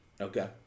Okay